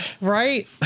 right